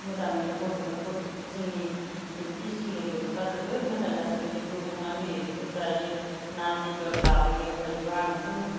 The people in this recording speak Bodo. मोजां मोनो गथ'फोरखौ जोंनि एल पि स्कुलनि गथ'फ्रा जोबोद मोजां गासिबो जेखौ संनानै होयो बेखौ जायो ना बेदर लाबोयो बायद'आ आं बेखौ